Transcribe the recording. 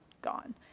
gone